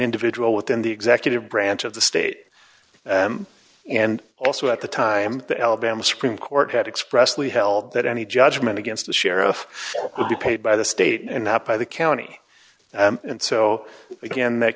individual within the executive branch of the state and also at the time the alabama supreme court had expressly held that any judgment against the sheriff would be paid by the state and not by the county and so again that